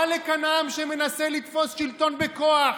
בא לכאן עם שמנסה לתפוס שלטון בכוח,